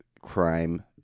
crime